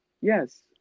Yes